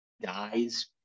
dies